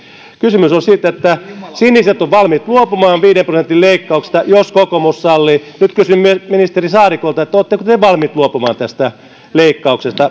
kysymys on siitä että siniset ovat valmiit luopumaan viiden prosentin leikkauksesta jos kokoomus sallii nyt kysyn ministeri saarikolta oletteko te valmiit luopumaan tästä